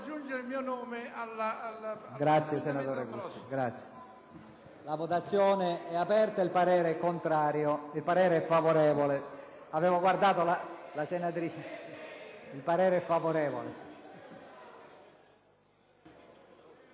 Grazie, senatore Cursi.